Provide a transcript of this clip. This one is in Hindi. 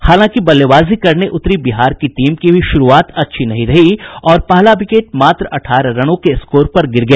हालांकि बल्लेबाजी करने उतरी बिहार की टीम की भी शुरूआत अच्छी नहीं रही और पहला विकेट मात्र अठारह रनों के स्कोर पर गिर गया